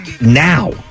now